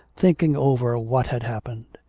thinking over what had happened.